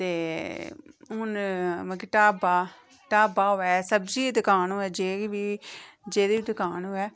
ते हून मतलब कि ढाबाच ढाबा होऐ सब्जी दी दकान होऐ जेह्दी बी जेह्दी बी दकान होऐ